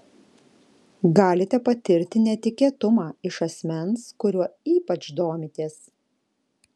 galite patirti netikėtumą iš asmens kuriuo ypač domitės